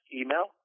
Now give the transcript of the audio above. email